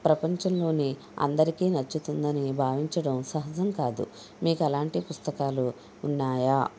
ప్రపంచంలోని అందరికీ నచ్చుతుందని భావించడం సహజం కాదు మీకు అలాంటి పుస్తకాలు ఉన్నాయా